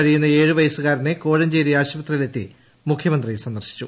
കഴിയുന്ന ഏഴ് വയസ്കാരനെ കോഴഞ്ചേരി ആശുപത്രിയിൽ എത്തി മുഖ്യമന്ത്രി സന്ദർശിച്ചു